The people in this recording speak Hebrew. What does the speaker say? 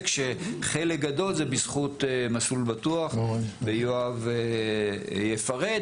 שחלק גדול זה בזכות "מסלול בטוח" ויואב יפרט,